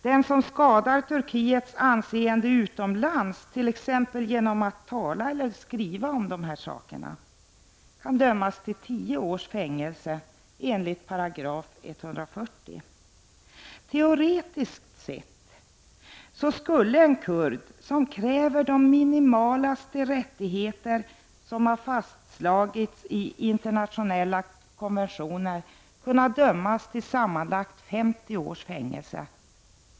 Den som skadar Turkiets anseende utomlands, t.ex. genom att tala eller att skriva om dessa saker, kan dömas till tio år fängelse enligt 140 §. Teoretiskt sett skulle en kurd som kräver de mest minimala rättigheter som fastslagits i internationella konventioner kunna dömas till sammanlagt 50 års fängelse.